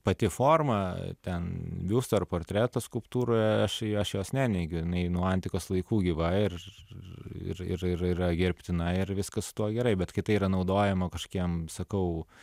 pati forma ten biusto ar portretas skulptūra aš aš jos neneigiu jinai nuo antikos laikų gyva ir ir yra gerbtina ir viskas su tuo gerai bet kai tai yra naudojama kažkokiem sakau